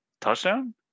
touchdown